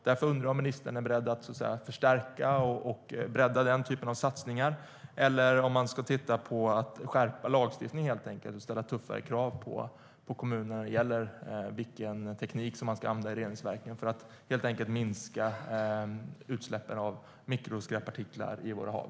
Därför undrar jag om ministern är beredd att förstärka och bredda den typen av satsningar eller om man helt enkelt ska se om man ska skärpa lagstiftningen och ställa tuffare krav på kommunerna vad gäller vilken teknik de ska använda i reningsverken för att minska utsläppen av mikroskräppartiklar i våra hav.